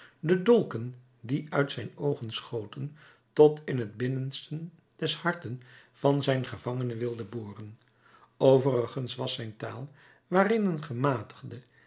de dolken die uit zijn oogen schoten tot in het binnenste des harten van zijn gevangene wilde boren overigens was zijn taal waarin een gematigde